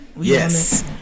Yes